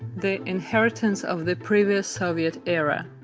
the inheritance of the previous soviet era.